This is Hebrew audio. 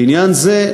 לעניין זה,